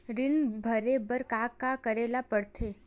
ऋण भरे बर का का करे ला परथे?